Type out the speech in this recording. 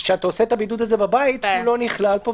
כשאתה עושה את הבידוד הזה בבית, הוא לא נכלל פה.